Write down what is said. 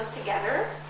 together